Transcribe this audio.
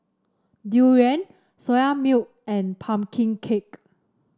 durian Soya Milk and pumpkin cake